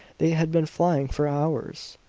they had been flying for hours!